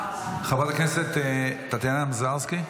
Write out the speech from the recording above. חברת הכנסת טטיאנה מזרסקי,